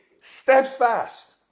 steadfast